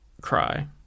cry